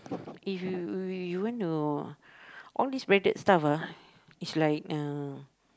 if you you want to all these branded stuff ah is like uh